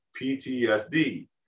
PTSD